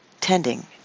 tending